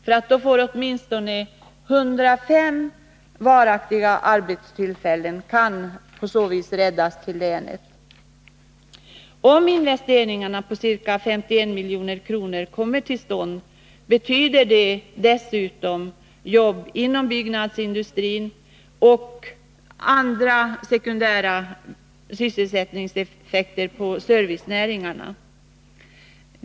På så vis skulle åtminstone 105 varaktiga arbetstillfällen i länet kunna räddas. Om investeringarna på ca 51 milj.kr. kommer till stånd, betyder det dessutom jobb inom byggnadsindustrin. Det ger också sekundära sysselsättningseffekter på servicenäringarna.